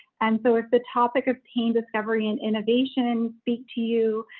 and so if the topic of pain, discovery and innovation and speak to you,